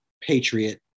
Patriot